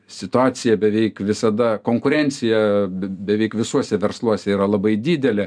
situacija beveik visada konkurencija beveik visuose versluose yra labai didelė